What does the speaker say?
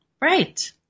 Right